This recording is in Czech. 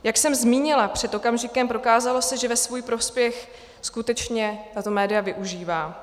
Jak jsem zmínila před okamžikem, prokázalo se, že ve svůj prospěch skutečně tato média využívá.